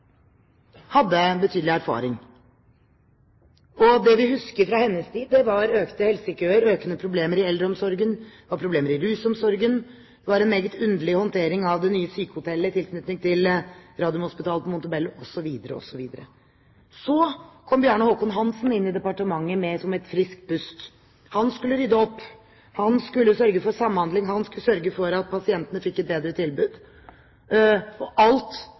hadde betydelig erfaring. Det vi husker fra hennes tid, er økte helsekøer, økende problemer i eldreomsorgen, problemer i rusomsorgen, en meget underlig håndtering av det nye sykehotellet i tilknytning til Radiumhospitalet på Montebello, osv. osv. Så kom Bjarne Håkon Hanssen inn i departementet mer som et friskt pust. Han skulle rydde opp, han skulle sørge for samhandling, han skulle sørge for at pasientene fikk et bedre tilbud, og alt